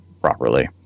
properly